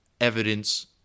evidence